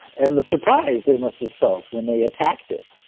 and the surprise they must have felt when they attacked it,